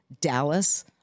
Dallas